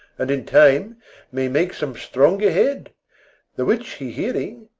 and in time may make some stronger head the which he hearing,